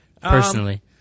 Personally